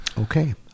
Okay